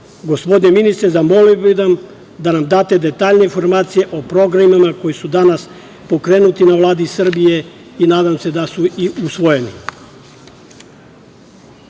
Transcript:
živote. Gospodine ministre, zamolio bih vas da nam date detaljne informacije o programima koji su danas pokrenuti na Vladi Srbije i nadam se da su i usvojeni.